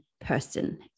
person